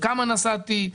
כמה נסעתי,